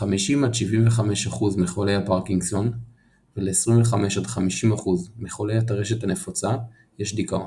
ל50-75% מחולי הפרקינסון ול25-50% מחולי הטרשת הנפוצה יש דכאון,